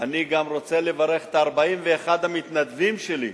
אני גם רוצה לברך את 41 המתנדבים שלי,